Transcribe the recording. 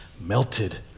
Melted